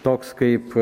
toks kaip